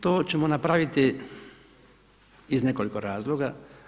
To ćemo napraviti iz nekoliko razloga.